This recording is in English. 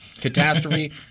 catastrophe